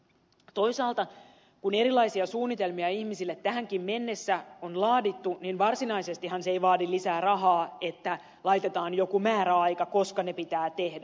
toisaalta kun erilaisia suunnitelmia ihmisille tähänkin mennessä on laadittu niin varsinaisestihan se ei vaadi lisää rahaa että laitetaan joku määräaika koska suunnitelmat pitää tehdä